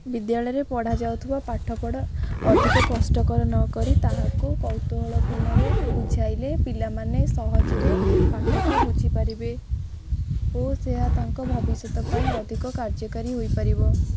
ବିଦ୍ୟାଳୟରେ ପଢ଼ା ଯାଉଥିବା ପାଠ ପଢ଼ା ଅଧିକ କଷ୍ଟକର ନକରି ତାକୁ କୌତୁହଳ ପୂର୍ଣ୍ଣରେ ବୁଝାଇଲେ ପିଲାମାନେ ସହଜରେ ପାଠକୁ ବୁଝିପାରିବେ ଓ ସେ ତାଙ୍କ ଭବିଷ୍ୟତ ପାଇଁ ଅଧିକ କାର୍ଯ୍ୟକାରୀ ହୋଇପାରିବ